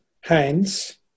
hands